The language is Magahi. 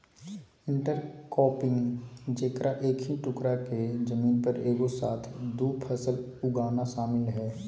इंटरक्रॉपिंग जेकरा एक ही टुकडा के जमीन पर एगो साथ दु फसल उगाना शामिल हइ